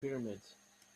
pyramids